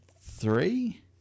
three